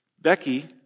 Becky